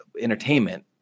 entertainment